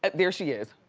there she is.